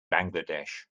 bangladesh